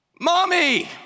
Mommy